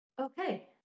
Okay